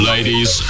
Ladies